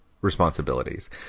responsibilities